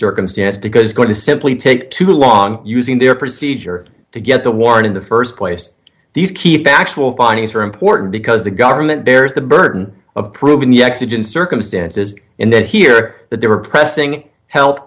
circumstance because going to simply take too long using their procedure to get the warrant in the st place these key factual findings are important because the government bears the burden of proving the exigent circumstances and then hear that they were pressing help